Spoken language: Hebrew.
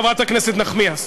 חברת הכנסת נחמיאס,